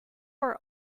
our